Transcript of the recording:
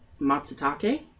Matsutake